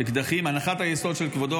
הנחת היסוד של כבודו,